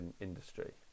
industry